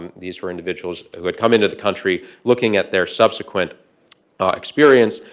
um these were individuals who had come into the country looking at their subsequent experience.